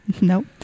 nope